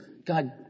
God